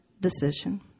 decision